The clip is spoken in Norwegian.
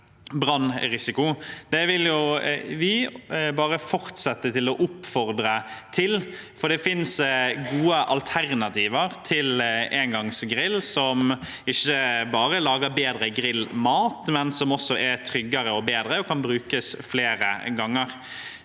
Det vil vi fortsette å oppfordre til, for det finnes gode alternativer til engangsgrill som ikke bare lager bedre grillmat, men som også er tryggere og bedre og kan brukes flere ganger.